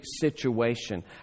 situation